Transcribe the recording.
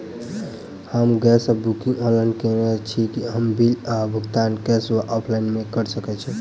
हम गैस कऽ booking online केने छी, की हम बिल कऽ भुगतान कैश वा ऑफलाइन मे कऽ सकय छी?